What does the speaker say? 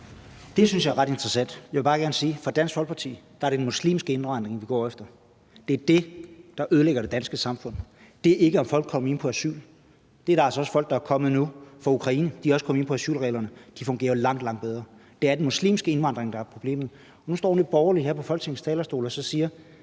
Det synes jeg er ret interessant. Jeg vil bare gerne sige, at for Dansk Folkeparti er det den muslimske indvandring, vi går efter. Det er det, der ødelægger det danske samfund. Det er ikke, om folk er kommet ind på asyl. Der er altså også folk fra Ukraine, der nu er kommet ind på asylreglerne, og de fungerer jo langt, langt bedre. Det er den muslimske indvandring, der er problemet. Nu står Nye Borgerlige her på Folketingets talerstol og siger: